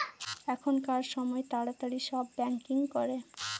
এখনকার সময় তাড়াতাড়ি সব ব্যাঙ্কিং করে